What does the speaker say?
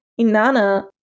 Inanna